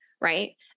right